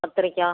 கத்திரிக்காய்